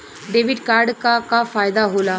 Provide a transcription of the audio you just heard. Debit card क का फायदा हो ला?